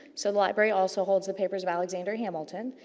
so the library also holds the papers of alexander hamilton.